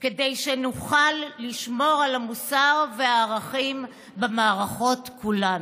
כדי שנוכל לשמור על המוסר והערכים במערכות כולן.